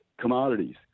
commodities